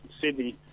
Sydney